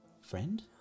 Friend